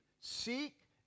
Seek